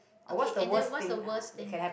okay and then what's the worst thing